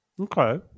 Okay